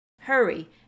Hurry